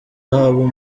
zahabu